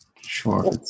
Sure